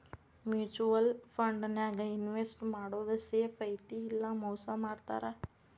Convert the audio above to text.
mutual ಫಂಡನ್ಯಾಗ invest ಮಾಡೋದ್ safe ಐತಿ ಇಲ್ಲಾ ಮೋಸ ಮಾಡ್ತಾರಾ